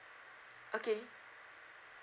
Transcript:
okay